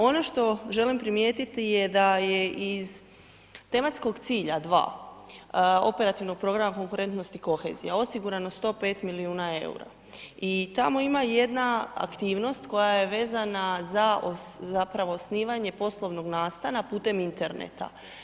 Ono što želim primijeti je da je iz tematskog cilja 2. Operativnog programa konkurentnost i kohezija osigurano 105 milijuna EUR-a i tamo ima i jedna aktivnost koja je vezana za, zapravo osnivanje poslovnog nastana putem interneta.